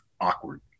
awkward